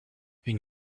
une